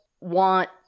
want